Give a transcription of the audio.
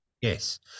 Yes